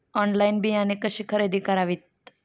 Online बियाणे कशी खरेदी करावीत?